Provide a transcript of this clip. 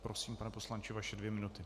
Prosím, pane poslanče, vaše dvě minuty.